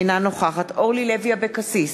אינה נוכחת אורלי לוי אבקסיס,